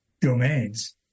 domains